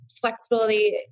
flexibility